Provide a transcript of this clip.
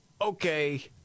okay